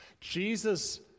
Jesus